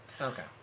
Okay